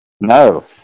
No